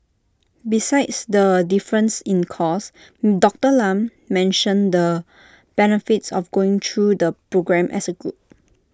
besides the difference in cost Doctor Lam mentioned the benefits of going through the programme as A group